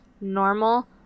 Normal